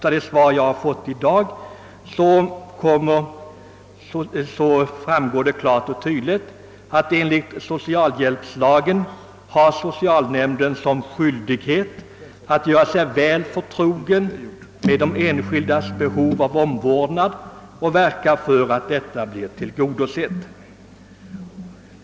Av det svar jag fått på min fråga i dag framgår tydligt att socialnämnderna enligt socialhjälpslagen har skyldighet att göra sig väl förtrogna med enskilda människors behov av omvårdnad och verka för att detta behov blir tillgodosett.